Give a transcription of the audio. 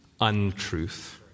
untruth